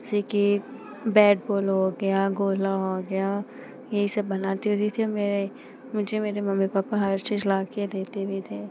जैसे कि bat ball हो गया गोला हो गया यही सब बनाती होती थी और मेरे मुझे मेरे मम्मी पापा हर चीज़ लाकर देते भी थे